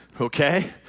okay